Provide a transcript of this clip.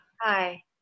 Hi